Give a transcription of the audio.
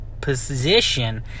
position